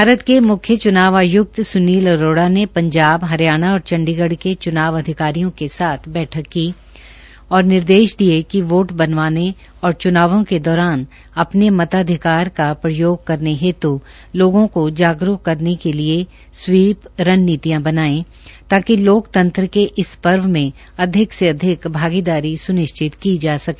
भारत के म्ख्य च्नाव आय्क्त श्री स्नील अरोड़ा ने हरियाणा पंजाब और चंडीगढ़ के चूनाव अधिकारियों के साथ बैठक की और उन्हें निर्देश दिए कि वोट बनवाने और च्नावों के दौरान अपने मताधिकार का प्रयोग करने हेतु लोगों को जागरूक करने के लिए स्वीप रणनीतियां बनाएं ताकि लोकतंत्र के इस पर्व में अधिक से अधिक भागीदारी स्निश्चित की जा सके